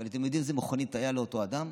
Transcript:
אבל אתם יודעים איזו מכונית הייתה לאותו אדם?